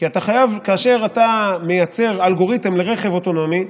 כאשר אתה מייצר אלגוריתם לרכב אוטונומי,